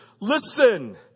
listen